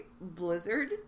Blizzard